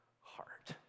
heart